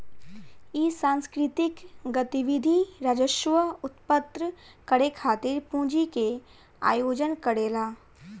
इ सांस्कृतिक गतिविधि राजस्व उत्पन्न करे खातिर पूंजी के आयोजन करेला